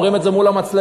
אומרים את זה מול המצלמה,